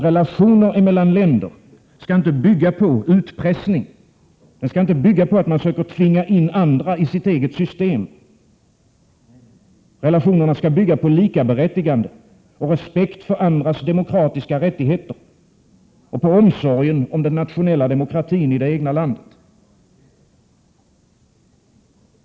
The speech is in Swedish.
Relationer mellan länder skall inte bygga på utpressning, och man skall inte söka tvinga in andra i sitt eget system. Relationerna skall bygga på likaberättigande, respekt för andras demokratiska rättigheter och på omsorgen om den nationella demokratin i det egna landet.